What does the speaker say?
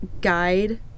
guide